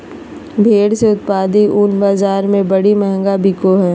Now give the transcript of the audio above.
भेड़ से उत्पादित ऊन बाज़ार में बड़ी महंगा बिको हइ